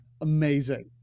amazing